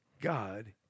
God